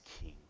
king